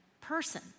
person